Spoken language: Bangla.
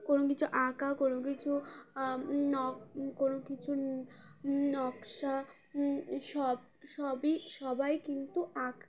কোনো কিছু আঁকা কোনো কিছু নক কোনো কিছু নকশা সব সবই সবাই কিন্তু আঁকা